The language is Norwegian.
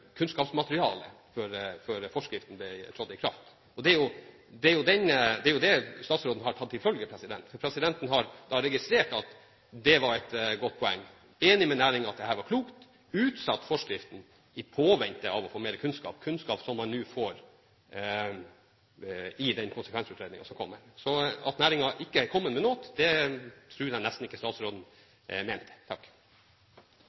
kunnskapsmaterialet før forskriften trådte i kraft. Det er jo det statsråden har tatt til følge. Statsråden har da registrert at det var et godt poeng. Man er enig med næringen i at dette var klokt, og utsatte forskriften i påvente av å få mer kunnskap – kunnskap som man nå får i konsekvensutredningen. Så at næringen ikke har kommet med noe, tror jeg nesten ikke